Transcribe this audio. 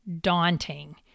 daunting